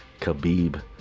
Khabib